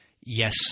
yes